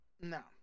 no